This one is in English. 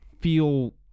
feel